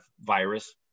virus